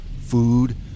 food